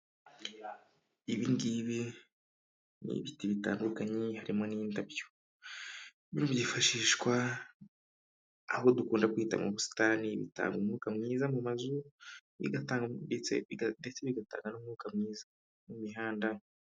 Ibingibi ni ibiti bitandukanye harimo n'indabyo, byifashishwa aho dukunda kwita mu busitani; bitanga umwuka mwiza mu mazu, ndetse bigatanga n'umwuka mwiza mu mihanda.